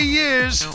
years